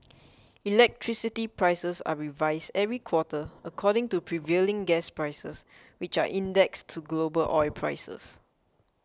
electricity prices are revised every quarter according to prevailing gas prices which are indexed to global oil prices